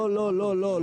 לא, לא.